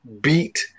beat